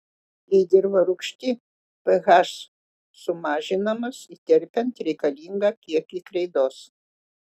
jei dirva rūgšti ph sumažinamas įterpiant reikalingą kiekį kreidos